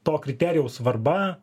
to kriterijaus svarba